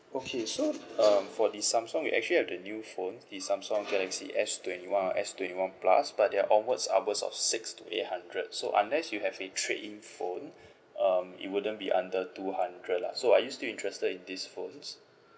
okay so um for the samsung we actually have the new phone the samsung galaxy S twenty one or S twenty one plus but they are onwards upwards of six to eight hundred so unless you have a trade in phone um it wouldn't be under two hundred lah so are you still interested in these phones